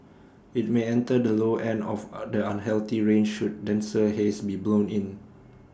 IT may enter the low end of are the unhealthy range should denser haze be blown in